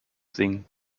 singen